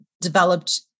developed